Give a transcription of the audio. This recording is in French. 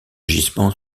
gisements